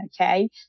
Okay